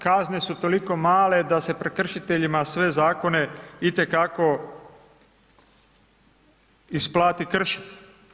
Kazne su toliko male da se prekršiteljima sve zakone itekako isplati kršiti.